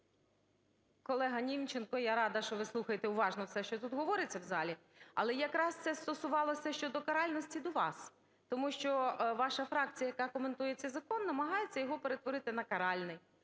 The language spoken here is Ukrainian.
Колега, Німченко, я рада, що ви слухаєте уважно все, що тут говориться в залі, але якраз це стосувалося щодо каральності до вас. Тому що ваша фракція, яка коментує цей закон, намагається його перетворити на каральний.